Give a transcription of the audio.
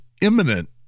imminent